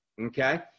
Okay